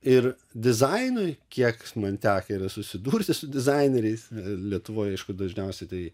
ir dizainui kiek man tekę yra susidurti su dizaineriais lietuvoj aišku dažniausiai tai